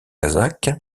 kazakh